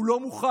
הוא לא מוכן.